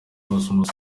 cosmos